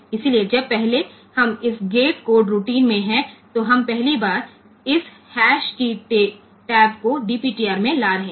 इसलिए जब पहले हम इस गेट कोड रूटीन में है तो हम पहली बार इस हैश की टैब को DPTR में ला रहे हैं